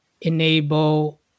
enable